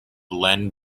len